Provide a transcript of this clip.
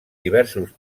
diversos